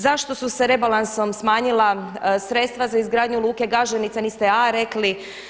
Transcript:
Zašto su se rebalansom smanjila sredstva za izgradnju luke Gaženica, niste A rekli.